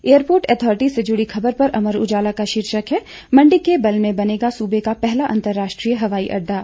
airport authority से जुड़ी खबर पर अमर उजाला का शीर्षक है मंडी के बल्ह में बनेगा सूबे का पहला अंतर्राष्ट्रीय हवाई अड्डा